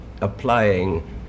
applying